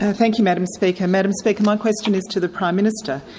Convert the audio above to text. ah thank you madame speaker. madame speaker, my question is to the prime minister.